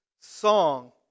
song